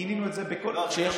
גינינו את זה, לא, זה חמור.